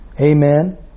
Amen